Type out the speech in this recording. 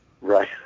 Right